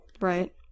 right